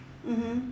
mmhmm